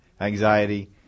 Anxiety